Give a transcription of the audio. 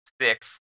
six